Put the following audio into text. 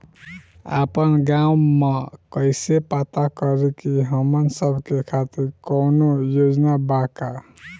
आपन गाँव म कइसे पता करि की हमन सब के खातिर कौनो योजना बा का?